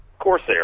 Corsair